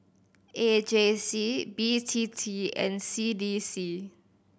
A J C B T T and C D C